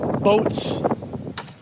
boats